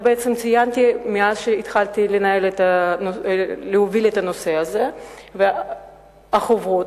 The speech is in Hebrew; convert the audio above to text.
אנחנו זורקים את החוברות.